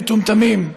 מטומטמים.